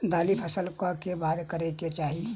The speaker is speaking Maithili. दालि खेती केँ फसल कऽ बाद करै कऽ चाहि?